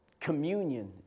Communion